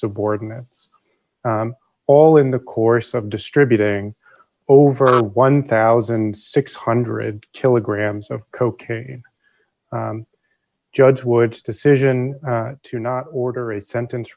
subordinates all in the course of distributing over one thousand six hundred kilograms of cocaine judge woods decision to not order a sentence